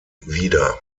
wieder